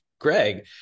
greg